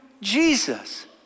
Jesus